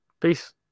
Peace